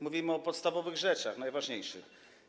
Mówimy o podstawowych rzeczach, najważniejszych.